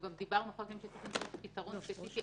דיברנו קודם שצריך למצוא פתרון ספציפי.